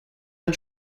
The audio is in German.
ein